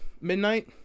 midnight